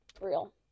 real